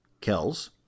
Kells